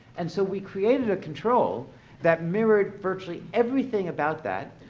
and so we created a control that mirrored virtually everything about that,